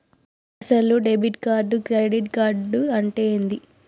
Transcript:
అసలు debit card credit card అంటే ఏంది?